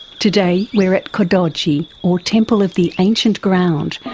today we're at kodoji, or temple of the ancient ground,